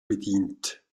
bedient